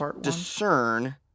discern